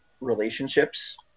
relationships